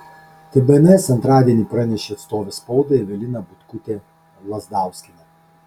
tai bns antradienį pranešė atstovė spaudai evelina butkutė lazdauskienė